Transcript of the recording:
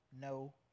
no